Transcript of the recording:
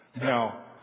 Now